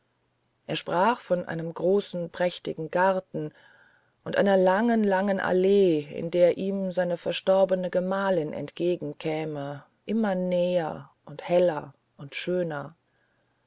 er sprach von einem großen prächtigen garten und einer langen langen allee in der ihm seine verstorbene gemahlin entgegenkäme immer näher und heller und schöner